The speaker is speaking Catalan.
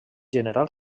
general